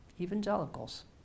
evangelicals